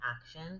action